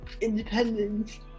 independence